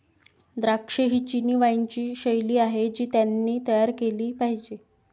द्राक्षे ही चिनी वाइनची शैली आहे जी त्यांनी तयार केली पाहिजे